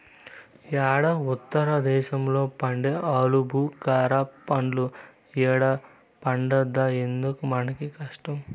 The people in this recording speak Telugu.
యేడో ఉత్తర దేశంలో పండే ఆలుబుకారా పండ్లు ఈడ పండద్దా ఎందుకు మనకీ కష్టం